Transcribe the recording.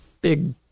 big